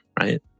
right